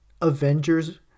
Avengers